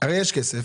הרי יש כסף